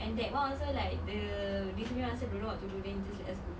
and that one also like the discipline master don't know what to do then just let us go